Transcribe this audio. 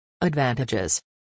Advantages